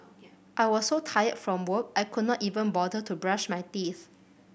I was so tired from work I could not even bother to brush my teeth